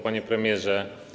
Panie Premierze!